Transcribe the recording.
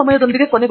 professor Arun K